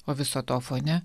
o viso to fone